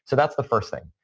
so that's the first thing.